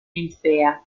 ninfea